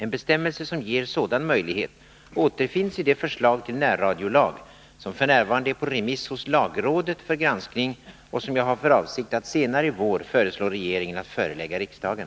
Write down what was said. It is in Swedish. En bestämmelse som ger sådan möjlighet återfinns i det förslag till närradiolag som f. n. är på remiss hos lagrådet för granskning och som jag har för avsikt att senare i vår föreslå regeringen att förelägga riksdagen.